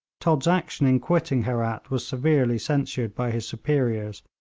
todd's action in quitting herat was severely censured by his superiors,